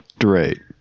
great